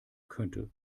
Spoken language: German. könnte